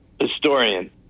historian